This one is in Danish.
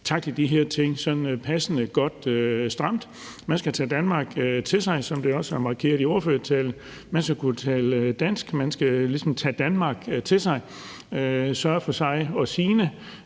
tackle de her ting sådan passende og godt stramt. Man skal tage Danmark til sig, som jeg også har markeret i ordførertalen, og man skal kunne tale dansk. Man skal ligesom tage Danmark til sig og sørge for sig og sine,